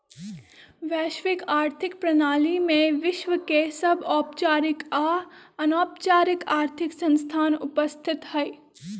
वैश्विक आर्थिक प्रणाली में विश्व के सभ औपचारिक आऽ अनौपचारिक आर्थिक संस्थान उपस्थित हइ